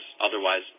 otherwise